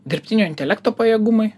dirbtinio intelekto pajėgumai